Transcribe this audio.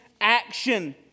action